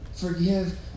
forgive